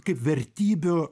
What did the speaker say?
kaip vertybių